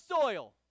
soil